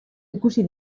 ikusi